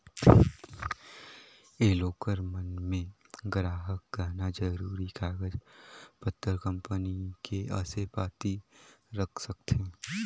ये लॉकर मन मे गराहक गहना, जरूरी कागज पतर, कंपनी के असे पाती रख सकथें